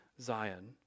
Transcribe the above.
Zion